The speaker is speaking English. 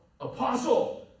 Apostle